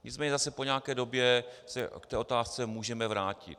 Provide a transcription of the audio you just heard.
Nicméně zase po nějaké době se k té otázce můžeme vrátit.